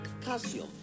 calcium